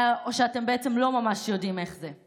אה, או שאתם בעצם לא ממש יודעים איך זה.